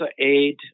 Aid